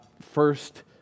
first